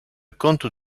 compte